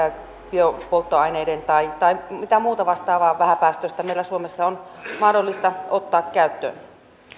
biopolttoaineita tai tai mitä muuta vastaavaa vähäpäästöistä meillä suomessa on mahdollista ottaa käyttöön